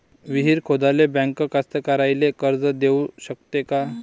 विहीर खोदाले बँक कास्तकाराइले कर्ज देऊ शकते का?